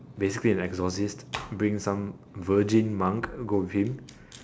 basically an exorcist bring some virgin monk go with him